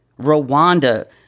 Rwanda